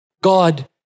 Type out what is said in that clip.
God